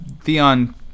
Theon